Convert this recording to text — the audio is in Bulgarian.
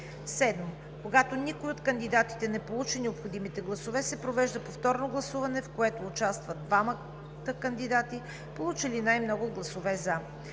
7. Когато никой от кандидатите не получи необходимите гласове, се провежда повторно гласуване, в което участват двамата кандидати, получили най-много гласове „за“.